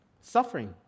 Suffering